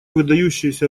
выдающееся